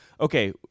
okay